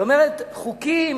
זאת אומרת, חוקים